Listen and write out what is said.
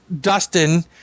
Dustin